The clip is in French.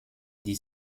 dix